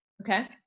Okay